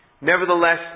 Nevertheless